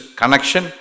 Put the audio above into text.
connection